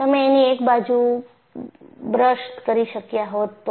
તમે એની એક બાજુ બ્રશ કરી શક્યા હોત તો